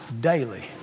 daily